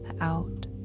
out